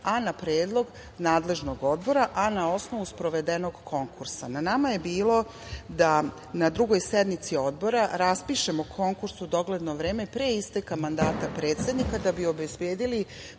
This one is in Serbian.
a na predlog nadležnog odbora, a na osnovu sprovedenog konkursa. Na nama je bilo da na drugoj sednici odbora raspišemo konkurs u dogledno vreme, pre isteka mandata predsednika da bi obezbedili